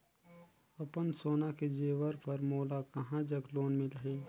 अपन सोना के जेवर पर मोला कहां जग लोन मिलही?